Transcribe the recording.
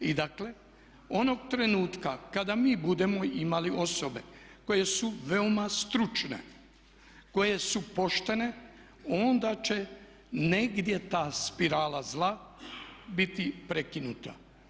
I dakle onog trenutka kada mi budemo imali osobe koje su veoma stručne, koje su poštene onda će negdje ta spirala zla biti prekinuta.